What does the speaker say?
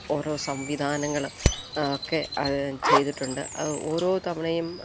ഓരോ സംവിധാനങ്ങള് ഒക്കെ അത് ചെയ്തിട്ടുണ്ട് അത് ഓരോ തവണയും